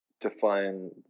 define